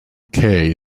kay